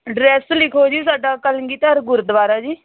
address ਲਿਖੋ ਜੀ ਸਾਡਾ ਕਲਗੀਧਰ ਗੁਰਦੁਆਰਾ ਜੀ